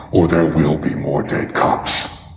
or there will be more dead cops.